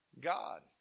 God